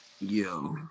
Yo